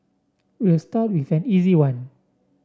we'll start with an easy one